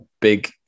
big